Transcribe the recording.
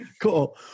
cool